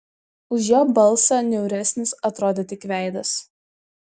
už jo balsą niauresnis atrodo tik veidas